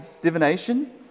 divination